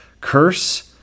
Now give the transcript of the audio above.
curse